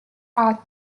are